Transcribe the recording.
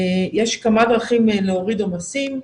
יש כמה דרכים להוריד עומסים,